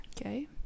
Okay